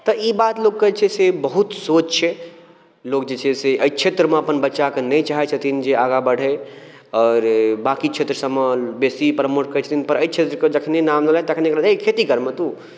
तऽ ई बात लोकके जे छै से बहुत सोच छै लोक जे छै से एहि क्षेत्रमे अपन बच्चाके नहि चाहैत छथिन जे आगाँ बढ़य आओर बाँकी क्षेत्र सभमे बेसी प्रोमोट करैत छथिन पर एहि क्षेत्रके जखनहि नाम लेबै तखनहि कहतै हइ खेती करमे तू